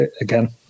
again